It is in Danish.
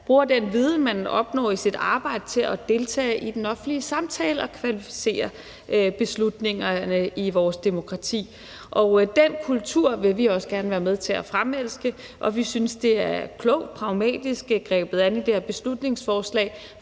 bruger den viden, man opnår i sit arbejde, til at deltage i den offentlige samtale og kvalificere beslutningerne i vores demokrati. Den kultur vil vi også gerne være med til at fremelske, og vi synes, det er klogt og pragmatisk grebet an i det her beslutningsforslag,